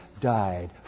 died